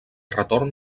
retorn